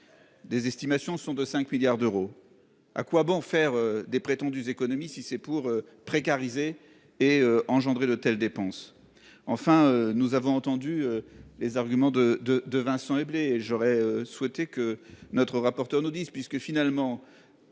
Des estimations sont de 5 milliards d'euros. À quoi bon faire des prétendues économies si c'est pour précariser et engendrer de telles dépenses. Enfin, nous avons entendu les arguments de de de Vincent Eblé, j'aurais souhaité que notre rapporteur nous disent puisque finalement.